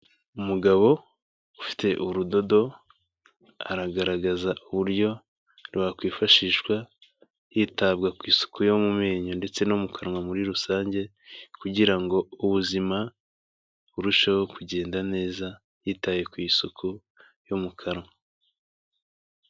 Umugabo ufite urudodo, aragaragaza uburyo rwakwifashishwa hitabwa ku isuku yo mu menyo ndetse no mu kanwa muri rusange, kugira ngo ubuzima burusheho kugenda neza, witaye ku isuku yo mu kanwa.